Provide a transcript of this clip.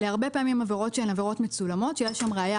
אלה הרבה פעמים עבירות מצולמות שיש שם ראייה